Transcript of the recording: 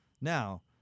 Now